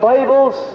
Bible's